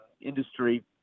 industry